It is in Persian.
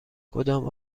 کدام